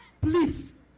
please